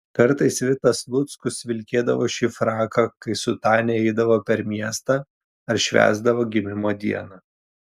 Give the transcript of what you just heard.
kartais vitas luckus vilkėdavo šį fraką kai su tania eidavo per miestą ar švęsdavo gimimo dieną